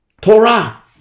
Torah